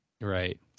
Right